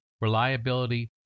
reliability